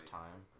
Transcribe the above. time